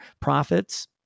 profits